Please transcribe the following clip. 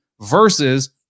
versus